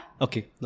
Okay